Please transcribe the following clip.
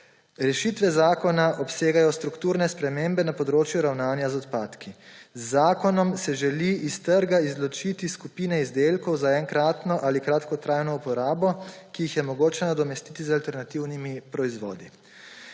Rešitve zakona obsegajo strukturne spremembe na področju ravnanja z odpadki. Z zakonom se želi iz trga izločiti skupine izdelkov za enkratno ali kratkotrajno uporabo, ki jih je mogoče nadomestiti z alternativnimi proizvodi.